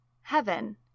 Heaven